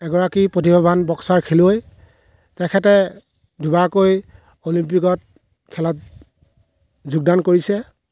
এগৰাকী প্ৰতিভাৱান বক্সাৰ খেলুৱৈ তেখেতে দুবাৰকৈ অলিম্পিকত খেলত যোগদান কৰিছে